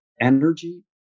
energy